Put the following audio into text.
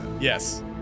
Yes